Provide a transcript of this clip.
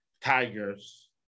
Tigers